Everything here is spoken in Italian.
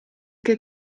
che